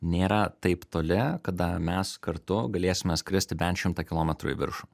nėra taip toli kada mes kartu galėsime skristi bent šimtą kilometrų į viršų